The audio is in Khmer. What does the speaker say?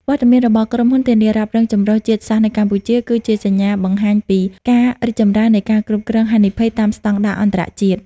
វត្តមានរបស់ក្រុមហ៊ុនធានារ៉ាប់រងចម្រុះជាតិសាសន៍នៅកម្ពុជា គឺជាសញ្ញាបង្ហាញពីការរីកចម្រើននៃ ការគ្រប់គ្រងហានិភ័យ តាមស្ដង់ដារអន្តរជាតិ។